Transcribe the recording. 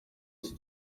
iki